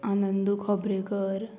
Anand Khobrekar